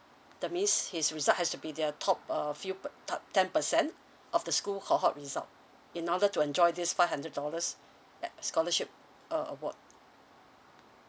that means his result has to be their top a few per~ te~ ten percent of the school result in order to enjoy this five hundred dollars that scholarship award